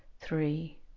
three